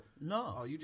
No